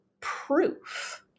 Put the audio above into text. proof